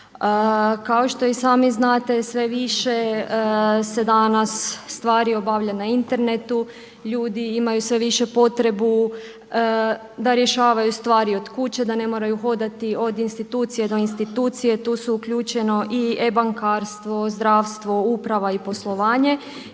Kao što i sami znate sve više se danas stvari obavlja na internetu, ljudi imaju sve više potrebu da rješavaju stvari od kuće, da ne moraju hodati od institucije do institucije, tu je uključeno i e-bankarstvo, zdravstvo, uprava i poslovanje